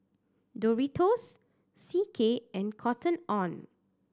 Doritos C K and Cotton On